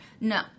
no